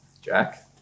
Jack